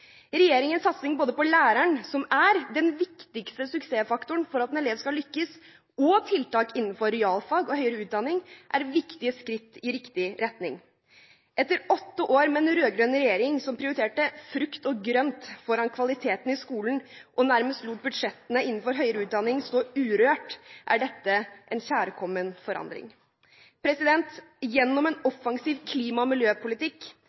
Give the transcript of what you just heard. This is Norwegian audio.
Regjeringens satsing både på læreren, som er den viktigste suksessfaktoren for at en elev skal lykkes, og på tiltak innenfor realfag og høyere utdanning, er viktige skritt i riktig retning. Etter åtte år med en rød-grønn regjering som prioriterte frukt og grønt foran kvalitet i skolen, og nærmest lot budsjettene innenfor høyere utdanning stå urørt, er dette en kjærkommen forandring. Gjennom en offensiv klima- og miljøpolitikk,